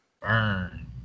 Burn